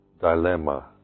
dilemma